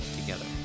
together